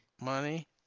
Money